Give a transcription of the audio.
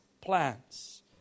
plans